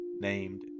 named